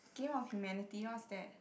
game of humanity what's that